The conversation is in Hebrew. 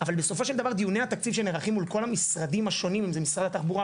אבל דיוני התקציב שנערכים מול כל המשרדים השונים אם זה משרד התחבורה,